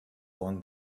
along